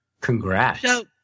Congrats